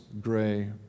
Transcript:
Gray